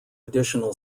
additional